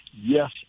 Yes